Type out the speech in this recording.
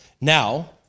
Now